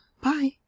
bye